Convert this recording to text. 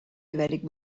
ibèric